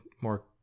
more